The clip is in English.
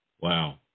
Wow